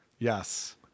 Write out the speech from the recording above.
Yes